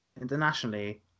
Internationally